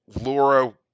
Laura